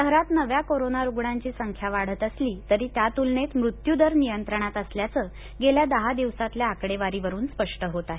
शहरात नव्या कोरोना रुग्णांची संख्या वाढत असली तरी त्या तुलनेत मृत्युदर नियंत्रणात असल्याचं गेल्या दहा दिवसांतल्या आकडेवारीवरून स्पष्ट होत आहे